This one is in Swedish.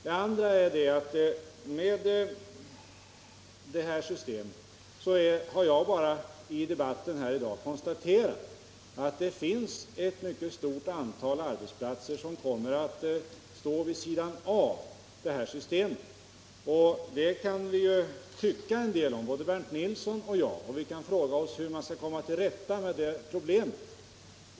— Detta är det ena skälet. Det andra skälet är att jag i debatten i dag bara har konstaterat att det finns ett rätt stort antal arbetsplatser som kommer att stå vid sidan av systemet. Detta kan Bernt Nilsson och jag naturligtvis tycka en hel del om, och vi kan fråga oss hur man skall kunna komma till rätta med problemet.